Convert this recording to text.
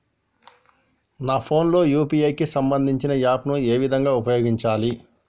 నా ఫోన్ లో యూ.పీ.ఐ కి సంబందించిన యాప్ ను ఏ విధంగా ఉపయోగించాలి?